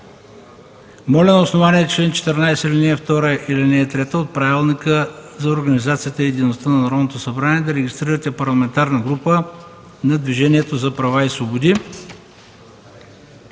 Моля на основание чл. 14, ал. 2 и ал. 3 от Правилника за организацията и дейността на Народното събрание да регистрирате Парламентарна група на Движението за права и свободи